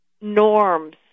norms